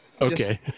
Okay